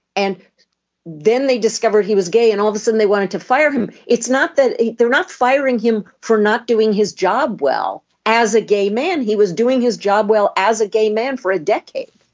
and then they discovered he was gay and all of a sudden they wanted to fire him. it's not that they're not firing him for not doing his job well as a gay man. he was doing his job well as a gay man for a decade